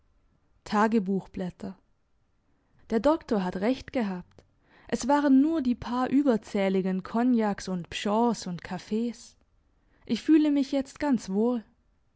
der doktor hat recht gehabt es waren nur die paar überzähligen cognacs und pschorrs und kaffees ich fühle mich jetzt ganz wohl